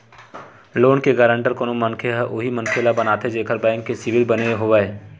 loan के guarantor कोनो मनखे ह उही मनखे ल बनाथे जेखर बेंक के सिविल बने होवय